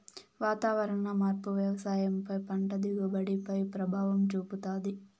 వాతావరణ మార్పు వ్యవసాయం పై పంట దిగుబడి పై ప్రభావం చూపుతాది